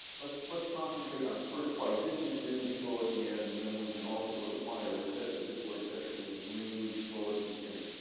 let's let's concentrate on first why this is really slow at the end, and then we can also look at why a recessive diploid sexual is really slow at the beginning.